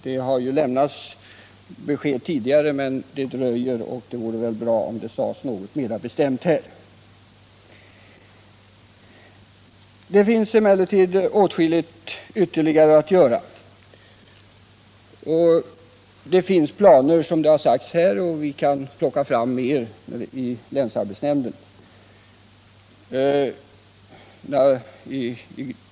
Det har ju lämnats besked tidigare, men projektet dröjer och det vore värdefullt om det sades något mera bestämt här. Det finns emellertid åtskilligt ytterligare att göra. Det föreligger planer, som har sagts här, och vi kan plocka fram mer i länsarbetsnämnden.